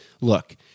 Look